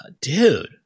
Dude